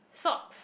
socks